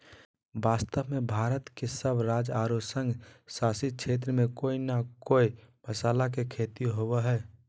वास्तव में भारत के सब राज्य आरो संघ शासित क्षेत्र में कोय न कोय मसाला के खेती होवअ हई